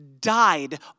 died